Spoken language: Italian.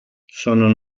sono